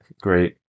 great